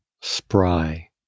spry